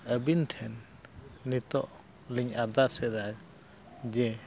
ᱟᱹᱵᱤᱱ ᱴᱷᱮᱱ ᱱᱤᱛᱳᱜ ᱞᱤᱧ ᱟᱨᱫᱟᱥᱮᱫᱟ ᱡᱮ